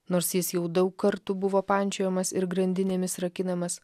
nors jis jau daug kartų buvo pančiojamas ir grandinėmis rakinamas